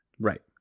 Right